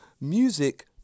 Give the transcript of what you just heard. Music